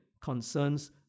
concerns